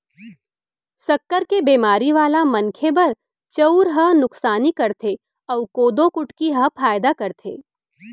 सक्कर के बेमारी वाला मनखे बर चउर ह नुकसानी करथे अउ कोदो कुटकी ह फायदा करथे